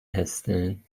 هستن